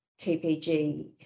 TPG